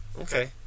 okay